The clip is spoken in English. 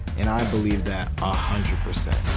and i believe that ah a hundred percent.